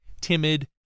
timid